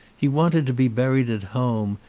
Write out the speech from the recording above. he wanted to be buried at home,